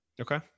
Okay